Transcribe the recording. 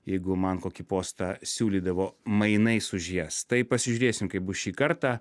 jeigu man kokį postą siūlydavo mainais už jas tai pasižiūrėsim kaip bus šį kartą